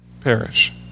Perish